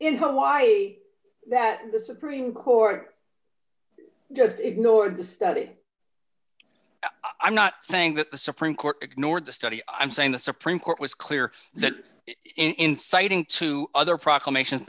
in hawaii that the supreme court just ignored the study i'm not saying that the supreme court ignored the study i'm saying the supreme court was clear that in citing two other proclamations